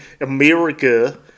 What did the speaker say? America